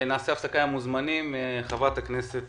נעשה הפסקה עם המוזמנים ונעבור לחברי הכנסת.